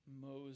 Moses